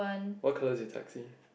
what colour is your taxi